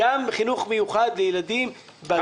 גם בחינוך מיוחד לילדים אכפת.